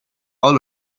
all